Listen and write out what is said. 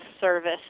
service